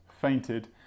fainted